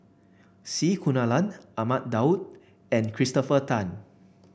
C Kunalan Ahmad Daud and Christopher Tan